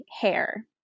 hair